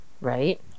right